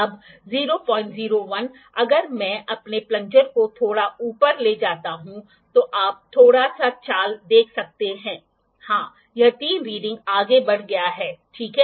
यदि संदर्भ सतह किसी दिए गए स्टेंन्डरड संदर्भ के खिलाफ नहीं है तो ये इंस्ट्रूमेंट त्रुटि देने का प्रयास करेंगे क्योंकि यह एक रिलेटिव मेजरमेंट है जो इसे लेता है